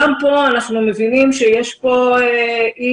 גם פה אנחנו מבינים שיש פה אי-הבנות,